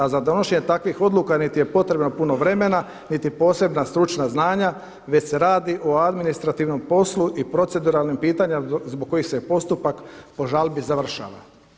A za donošenje takvih odluka niti je potrebno puno vremena, niti posebna stručna znanja već se radi o administrativnom poslu i proceduralnim pitanjem zbog kojih se postupak po žalbi završava.